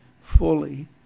fully